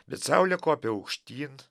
bet saulė kopia aukštyn